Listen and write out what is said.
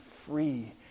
free